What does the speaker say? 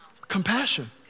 Compassion